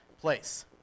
place